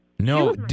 No